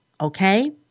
Okay